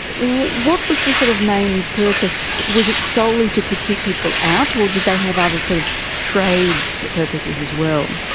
what was the sort of main purpose? was it solely to to keep people out or did they have other sort of trade purposes as well?